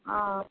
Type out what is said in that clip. ஆ